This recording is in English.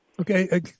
Okay